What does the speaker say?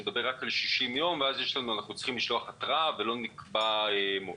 שמדבר רק על 60 ימים ואז אנחנו צריכים לשלוח התראה ולא נקבע מועד.